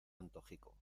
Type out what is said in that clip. antojico